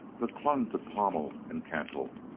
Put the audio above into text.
but clung to pommel and cantle.